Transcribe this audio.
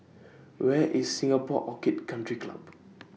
Where IS Singapore Orchid Country Club